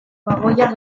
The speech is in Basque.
bagoia